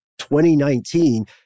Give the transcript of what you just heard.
2019